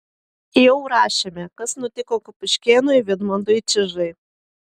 jau rašėme kas nutiko kupiškėnui vidmantui čižai